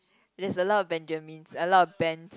there's a lot of Benjamins a lot of Ben